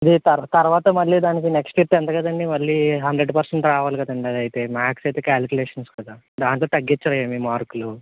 ఇది తర్వాత మళ్ళీ దానికి నెక్స్ట్ ఇయర్ టెన్త్ కదండి మళ్ళీ హండ్రెడ్ పర్సెంట్ రావాలి కదండి అది అయితే మ్యాథ్స్ అయితే క్యాల్కులేషన్స్ కదా దాంట్లో తగ్గించం ఏమి మార్కులు